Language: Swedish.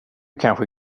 kanske